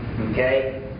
okay